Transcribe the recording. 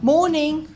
Morning